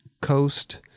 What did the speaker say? Coast